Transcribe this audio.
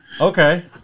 Okay